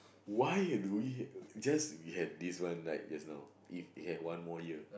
why do we because we have this one last year